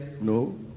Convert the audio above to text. no